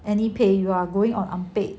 any pay you are going on unpaid